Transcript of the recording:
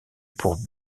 pour